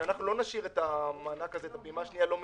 שלא נשאיר את מענק הפעימה השנייה לא מנוצל.